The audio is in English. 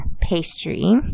pastry